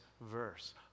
verse